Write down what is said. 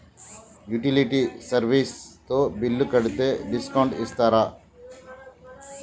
Utility service తో bill కడితే discount ఇస్తరా?